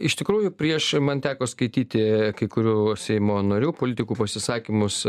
iš tikrųjų prieš man teko skaityti kai kurių seimo narių politikų pasisakymus